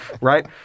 Right